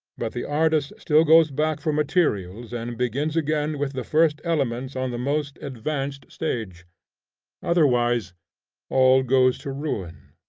but the artist still goes back for materials and begins again with the first elements on the most advanced stage otherwise all goes to ruin.